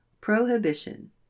Prohibition